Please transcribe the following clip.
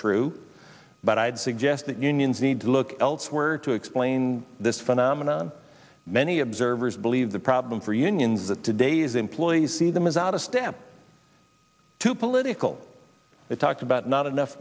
true but i'd suggest that unions need to look elsewhere to explain this phenomenon many observers believe the problem for unions that today's employees see them as out of step too political it talks about not enough